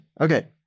Okay